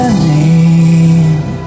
name